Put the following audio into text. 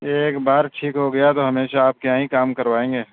ایک بار ٹھیک ہو گیا تو ہمیشہ آپ کے یہاں ہی کام کروائیں گے